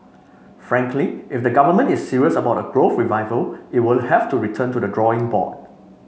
frankly if the government is serious about a growth revival it will have to return to the drawing board